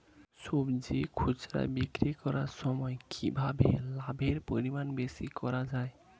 সবজি খুচরা বিক্রি করার সময় কিভাবে লাভের পরিমাণ বেশি করা যায়?